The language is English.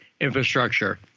infrastructure